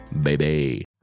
Baby